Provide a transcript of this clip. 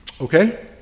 Okay